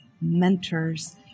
mentors